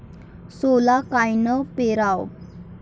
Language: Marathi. सोला कायनं पेराव?